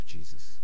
Jesus